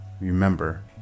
Remember